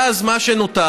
ואז מה שנותר,